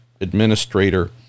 administrator